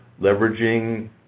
leveraging